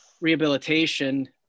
rehabilitation